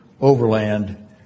overland